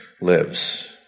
lives